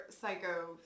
psycho